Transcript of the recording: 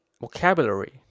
vocabulary